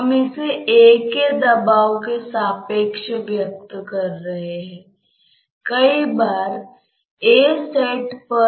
तो u y के साथ नहीं बदल रहा है